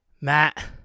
Matt